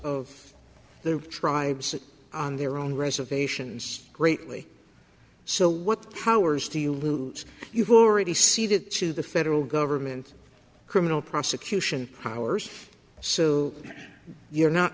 of the tribes on their own reservations greatly so what powers do you lutes you've already see that to the federal government criminal prosecution powers so you're not